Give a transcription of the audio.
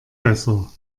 besser